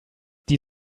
die